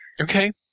Okay